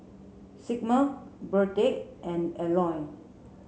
Sigmund Burdette and Elenor